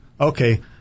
okay